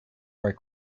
where